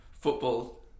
football